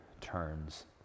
turns